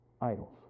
idols